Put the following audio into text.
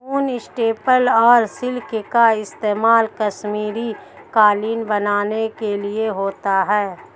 ऊन, स्टेपल और सिल्क का इस्तेमाल कश्मीरी कालीन बनाने के लिए होता है